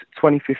2015